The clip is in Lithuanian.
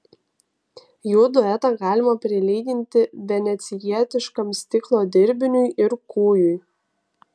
jų duetą galima prilyginti venecijietiškam stiklo dirbiniui ir kūjui